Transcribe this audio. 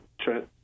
Trent